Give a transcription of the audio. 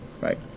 right